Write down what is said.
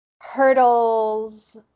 hurdles